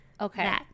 Okay